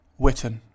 Witten